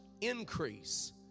Increase